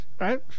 Right